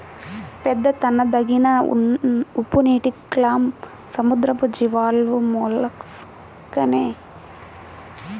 పెద్ద తినదగిన ఉప్పునీటి క్లామ్, సముద్రపు బివాల్వ్ మొలస్క్ నే జియోడక్ అని పిలుస్తారు